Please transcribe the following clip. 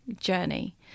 journey